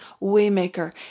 Waymaker